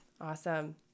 Awesome